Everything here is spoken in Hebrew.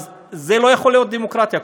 לא יכולה להיות דמוקרטיה.